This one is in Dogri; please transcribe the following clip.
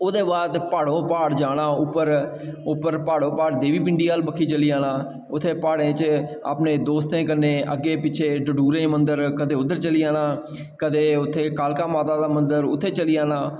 ओह्दे बाद प्हाड़ो प्हाड़ जाना उप्पर प्हाड़ो प्हाड़ देवी पिंडी आह्ली बक्खी चली जाना उत्थें प्हाड़ें च अपने दोस्तें कन्नै अग्गें पिच्छें डडूरे मंदर कदें उद्धर चली जाना कदें उत्थें कालका माता दे मंदर उत्थें चली जाना